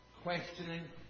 questioning